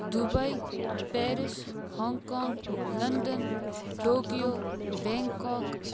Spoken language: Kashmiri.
Dubai Paris Hong Kong London Tokyo Bangkok